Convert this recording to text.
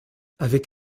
avec